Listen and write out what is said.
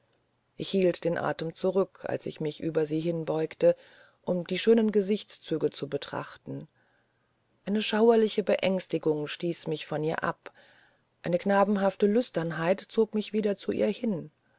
ich hielt den atem zurück als ich mich über sie hinbeugte um die schönen gesichtszüge zu betrachten eine schauerliche beängstigung stieß mich von ihr ab eine knabenhafte lüsternheit zog mich wieder zu ihr hin